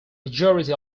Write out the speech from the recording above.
majority